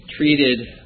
treated